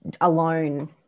alone